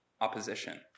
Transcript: opposition